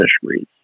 fisheries